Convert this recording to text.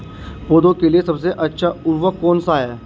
पौधों के लिए सबसे अच्छा उर्वरक कौन सा है?